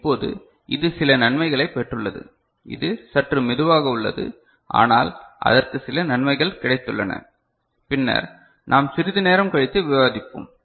இப்போது இது சில நன்மைகளைப் பெற்றுள்ளது இது சற்று மெதுவாக உள்ளது ஆனால் அதற்கு சில நன்மைகள் கிடைத்துள்ளன பின்னர் நாம் சிறிது நேரம் கழித்து விவாதிப்போம்